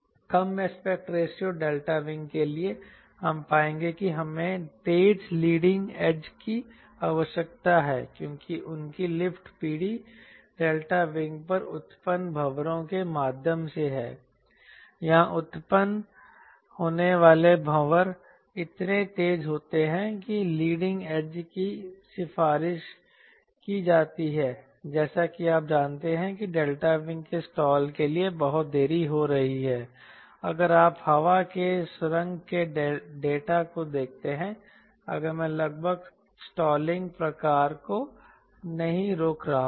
कम aspect ratio delta wing के लिए हम पाएंगे कि हमें तेज लीडिंग एज की आवश्यकता है क्योंकि उनकी लिफ्ट पीढ़ी डेल्टा विंग पर उत्पन्न भंवरों के माध्यम से है यहां उत्पन्न होने वाले भंवर इतने तेज होते हैं कि लीडिंग एज की सिफारिश की जाती है जैसा कि आप जानते हैं कि डेल्टा विंग के स्टाल के लिए बहुत देरी हो रही है अगर आप हवा के सुरंग के डेटा को देखते हैं अगर मैं लगभग स्टालिंग प्रकार को नहीं रोक रहा हूं